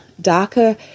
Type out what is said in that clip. darker